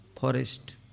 forest